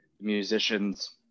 musicians